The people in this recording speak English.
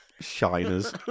Shiners